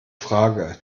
frage